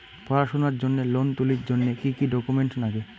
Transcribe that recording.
পড়াশুনার জন্যে লোন তুলির জন্যে কি কি ডকুমেন্টস নাগে?